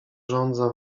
żądza